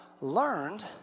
learned